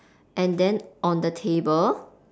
and then on the table